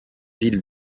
villes